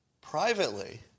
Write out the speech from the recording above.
Privately